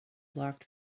blocked